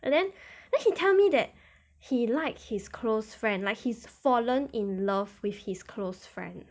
and then then he tell me that he liked his close friend like he's fallen in love with his close friend